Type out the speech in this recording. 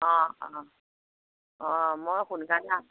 অঁ অঁ অঁ মই সোনকালে